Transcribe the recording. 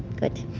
good.